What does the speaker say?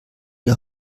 die